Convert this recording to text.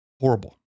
horrible